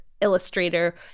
illustrator